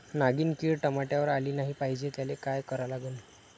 नागिन किड टमाट्यावर आली नाही पाहिजे त्याले काय करा लागन?